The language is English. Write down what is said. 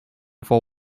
for